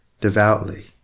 devoutly